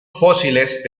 fósiles